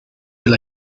del